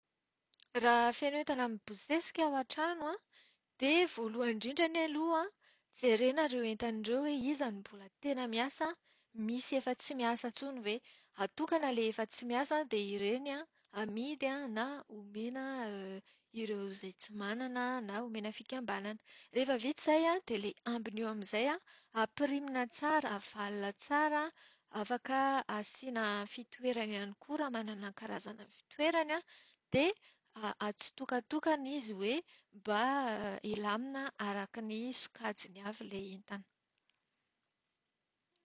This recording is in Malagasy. Raha feno entana mibosesika ao an-trano an, dia voalohany indrindrany aloha an, jerena ireo entana ireo hoe iza no mbol tena miasa misy efa tsy miasa intsony ve. Atokana ilay efa tsy miasa dia ireny an, amidy na omena ireo izay tsy manana na omena fikambanana. Rehefa vita izay an, dia ilay ambiny eo amin'izay an, ampirimina tsara, avalona tsara, afaka asiana fitoerany iahny koa raha manana karazana fitoerany. Dia atsitokantokana izy hoe mba hilamina araka ny sokajiny avy ilay entana.